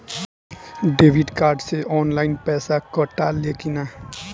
Debit card से online पैसा कटा ले कि ना?